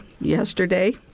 yesterday